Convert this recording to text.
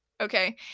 Okay